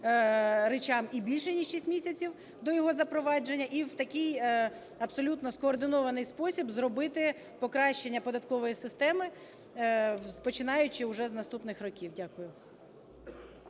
речам і більше ніж 6 місяців до його запровадження. І в такий, абсолютно скоординований, спосіб зробити покращення податкової системи, починаючи вже з наступних років. Дякую.